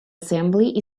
assembly